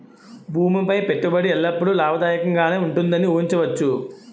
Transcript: భూమి పై పెట్టుబడి ఎల్లప్పుడూ లాభదాయకంగానే ఉంటుందని ఊహించవచ్చు